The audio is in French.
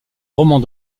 romans